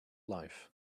life